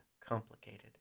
complicated